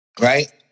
Right